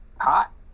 hot